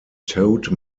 toad